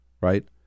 right